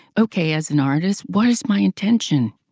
okay, as an artist, what is my intention?